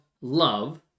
love